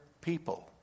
people